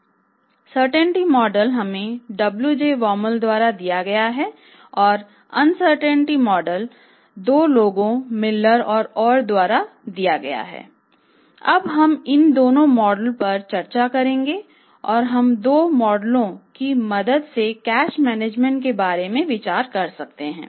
certainty मॉडलके बारे में विचार कर सकते हैं